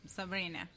Sabrina